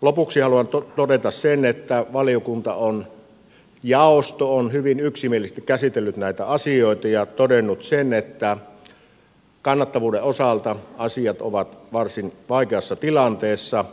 lopuksi haluan todeta sen että jaosto on hyvin yksimielisesti käsitellyt näitä asioita ja todennut sen että kannattavuuden osalta asiat ovat varsin vaikeassa tilanteessa